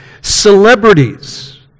celebrities